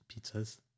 pizzas